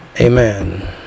Amen